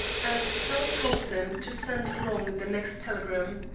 and tell thompson to send along the next telegram.